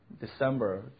December